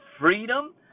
freedom